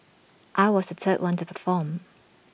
I was the third one to perform